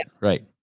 right